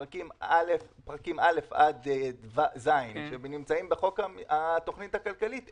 פרקים א' עד ז' שנמצאים בחוק התוכנית הכלכלית,